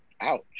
Ouch